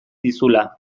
dizula